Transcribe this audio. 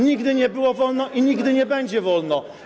Nigdy nie było wolno i nigdy nie będzie wolno.